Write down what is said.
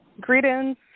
Greetings